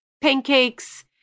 pancakes